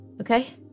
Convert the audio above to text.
Okay